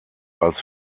als